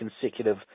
consecutive